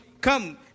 Come